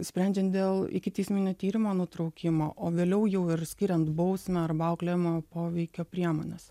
sprendžiant dėl ikiteisminio tyrimo nutraukimo o vėliau jau ir skiriant bausmę arba auklėjamojo poveikio priemones